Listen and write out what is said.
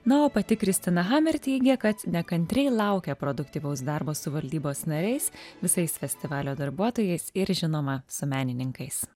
na o pati kristina hummer teigė kad nekantriai laukia produktyvaus darbo su valdybos nariais visais festivalio darbuotojais ir žinoma su menininkais